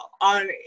on